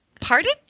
pardon